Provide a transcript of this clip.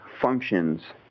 functions